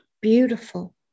Beautiful